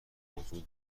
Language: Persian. موضع